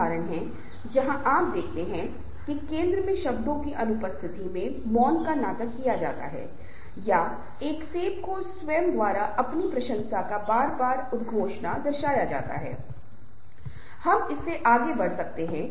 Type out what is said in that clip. उदाहरण के लिए हम हमेशा कहते हैं कि क्रिकेट टीम है एक क्रिकेट समूह नहीं है यह है कि एक टीम की ताकत या ध्यान उनके उद्देश्य की समानता पर निर्भर करता है और कैसे व्यक्ति एक दूसरे से जुड़े होते हैं